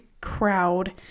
crowd